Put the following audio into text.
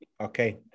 okay